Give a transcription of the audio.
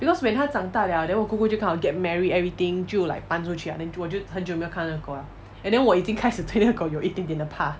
because when 它长大 liao then 我姑姑就 kind of get married everything 就 like 搬出去 liao then 我就很久没有看那个狗 liao and then 我已经开始对那个狗有一点点的怕